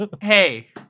hey